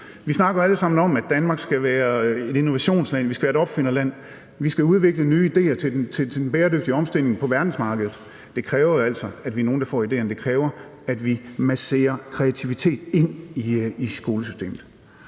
Vi snakker jo alle sammen om, at Danmark skal være et innovationsland, at vi skal være et opfinderland, og at vi skal udvikle nye idéer til den bæredygtige omstilling på verdensmarkedet. Det kræver altså, at vi er nogle, der får idéerne. Det kræver, at vi masserer kreativitet ind i skolesystemet.